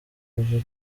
eva